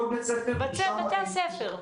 כל בית ספר --- בתי הספר.